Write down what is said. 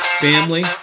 family